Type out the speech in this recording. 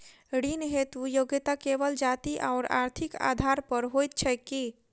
ऋण हेतु योग्यता केवल जाति आओर आर्थिक आधार पर होइत छैक की?